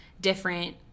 different